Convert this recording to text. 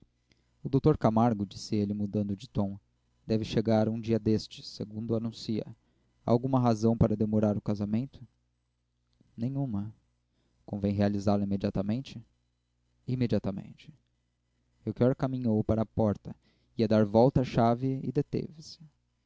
o dr camargo disse ele mudando de tom deve chegar um dia destes segundo anuncia há alguma razão para demorar o casamento nenhuma convém